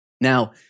Now